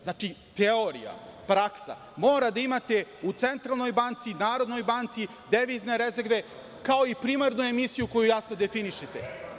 Znači, teorija, praksa, mora da imate u centralnoj banci, Narodnoj banci, devizne rezerve, kao i primarnu emisiju koju jasno definišete.